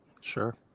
Sure